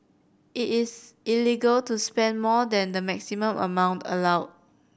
it is illegal to spend more than the maximum amount allowed